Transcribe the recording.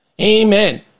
amen